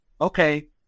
okay